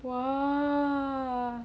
!wah!